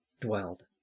dwelled